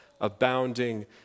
abounding